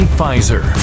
Pfizer